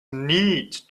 need